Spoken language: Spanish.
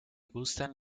gustan